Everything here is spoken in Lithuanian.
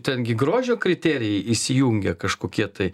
ten gi grožio kriterijai įsijungia kažkokie tai